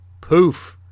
poof